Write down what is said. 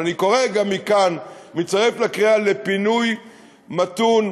אני קורא גם מכאן ומצטרף לקריאה לפינוי מתון,